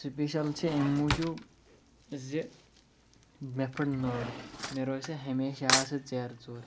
special چھِ امہِ موٗجوٗب زِ مےٚ فُٹ نٔر مےٚ روزِ ہمیشہ یاد سۄ ژیرٕ ژوٗر